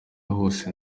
hose